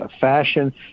fashion